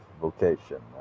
vocation